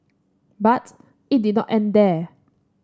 but it did not end there